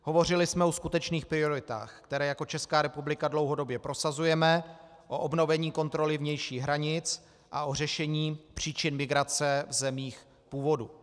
Hovořili jsme o skutečných prioritách, které jako Česká republika dlouhodobě prosazujeme, o obnovení kontroly vnějších hranic a o řešení příčin migrace v zemích původu.